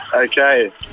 Okay